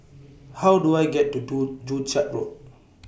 How Do I get to Do Joo Chiat Road